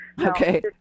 Okay